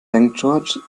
george’s